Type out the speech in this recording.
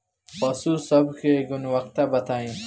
पशु सब के गुणवत्ता बताई?